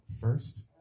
first